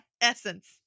essence